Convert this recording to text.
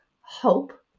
hope